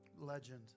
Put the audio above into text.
legend